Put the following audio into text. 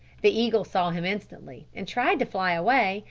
the eagle saw him instantly, and tried to fly away,